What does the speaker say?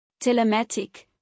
Telematic